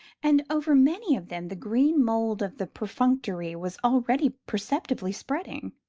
and over many of them the green mould of the perfunctory was already perceptibly spreading.